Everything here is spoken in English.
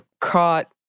caught